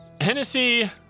Hennessy